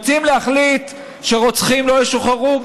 רוצים להחליט שרוצחים לא ישוחררו?